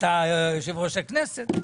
אתה יושב-ראש הכנסת?